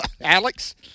Alex